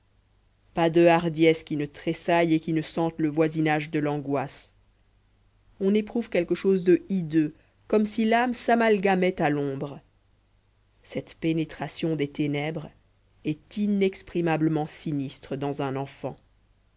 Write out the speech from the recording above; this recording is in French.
pas de hardiesse qui ne tressaille et qui ne sente le voisinage de l'angoisse on éprouve quelque chose de hideux comme si l'âme s'amalgamait à l'ombre cette pénétration des ténèbres est inexprimablement sinistre dans un enfant